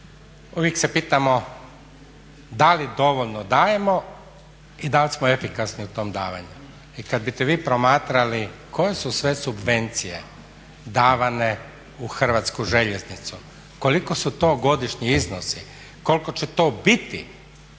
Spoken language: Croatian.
Uvijek se pitamo da li dovoljno dajemo i da li smo efikasni u tom davanju? I kad biste vi promatrali koje su sve subvencije davane u Hrvatsku željeznicu, koliko su to godišnji iznosi, koliko će to biti